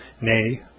nay